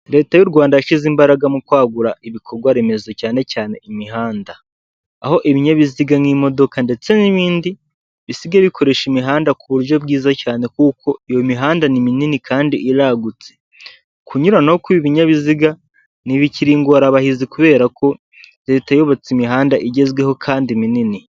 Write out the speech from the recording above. Leta y'u Rwanda yashyize imbaraga mu kwagura ibikorwa remezo cyane cyane imihanda, aho ibinyabiziga nk'imodoka ndetse n'ibindi bisigaye bikoresha imihanda k'uburyo bwiza cyane kuko iyo mihanda ni minini kandi iragutse, kunyurana kw'ibi binyabiziga ntibikiri ingorabahizi kubera ko leta yubatse imihanda igezweho kandi minini.